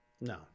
No